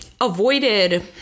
avoided